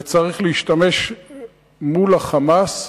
וצריך להשתמש מול ה"חמאס"